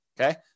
Okay